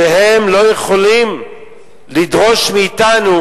שהם לא יכולים לדרוש מאתנו,